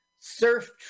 Surf